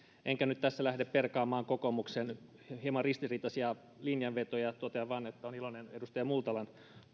enkä nyt tässä lähde perkaamaan kokoomuksen hieman ristiriitaisia linjanvetoja totean vain että olen iloinen edustaja multalan